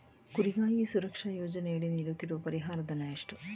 ಕುರಿಗಾಹಿ ಸುರಕ್ಷಾ ಯೋಜನೆಯಡಿ ನೀಡುತ್ತಿರುವ ಪರಿಹಾರ ಧನ ಎಷ್ಟು?